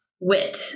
wit